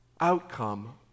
outcome